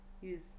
use